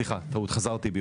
סליחה, חזרתי בי.